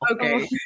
Okay